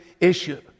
issue